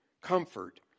comfort